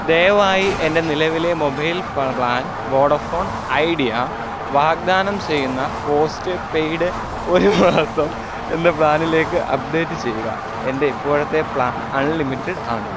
ദയവായി എൻ്റെ നിലവിലെ മൊബൈൽ പ്ലാൻ വോഡഫോൺ ഐഡിയ വാഗ്ദാനം ചെയ്യുന്ന പോസ്റ്റ് പെയ്ഡ് ഒരു മാസം എന്ന പ്ലാനിലേക്ക് അപ്ഡേറ്റ് ചെയ്യുക എൻ്റെ ഇപ്പോഴത്തെ പ്ലാൻ അൺലിമിറ്റഡ് ആണ്